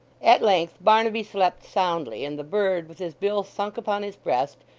at length barnaby slept soundly, and the bird with his bill sunk upon his breast,